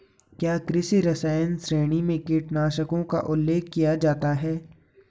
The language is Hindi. क्या कृषि रसायन श्रेणियों में कीटनाशकों का उल्लेख किया जाता है?